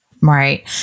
Right